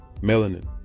melanin